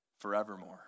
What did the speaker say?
forevermore